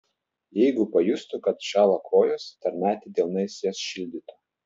jeigu pajustų kad šąla kojos tarnaitė delnais jas šildytų